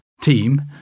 team